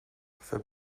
for